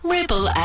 Ripple